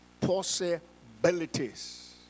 possibilities